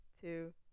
two